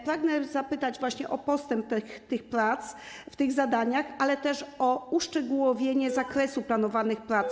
Pragnę zapytać właśnie o postęp tych prac w tych zadaniach, ale też o uszczegółowienie zakresu planowanych prac.